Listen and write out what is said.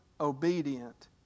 obedient